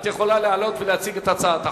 את יכולה לעלות ולהציג את הצעת החוק.